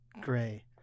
Gray